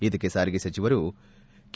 ಇದಕ್ಕೆ ಸಾರಿಗೆ ಸಚಿವರು ಕೆ